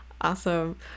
awesome